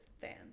fans